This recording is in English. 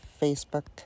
Facebook